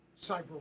cyber